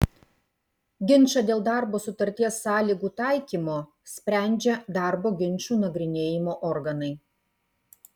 ginčą dėl darbo sutarties sąlygų taikymo sprendžia darbo ginčų nagrinėjimo organai